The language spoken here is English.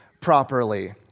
properly